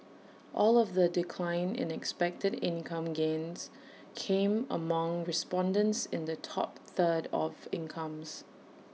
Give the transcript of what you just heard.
all of the decline in expected income gains came among respondents in the top third of incomes